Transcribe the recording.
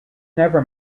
never